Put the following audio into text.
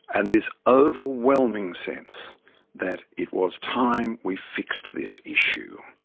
and this overwhelming sense that it was time we fixed this issue.